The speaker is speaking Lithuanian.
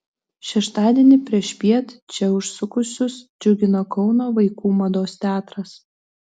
šeštadienį priešpiet čia užsukusius džiugino kauno vaikų mados teatras